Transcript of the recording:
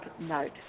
note